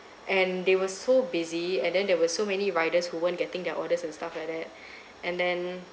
and they were so busy and then there were so many riders who weren't getting their orders and stuff like that and then